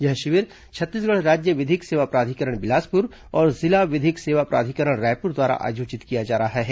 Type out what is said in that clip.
यह छत्तीसगढ़ राज्य विधिक सेवा प्राधिकरण बिलासपुर और जिला विधिक शिविर सेवा प्राधिकरण रायपुर द्वारा आयोजित किया जा रहा है